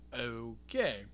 Okay